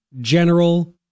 general